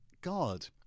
God